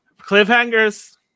cliffhangers